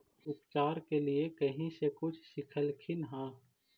उपचार के लीये कहीं से कुछ सिखलखिन हा?